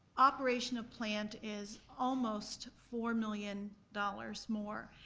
operation of plant is almost four million dollars more.